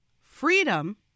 freedom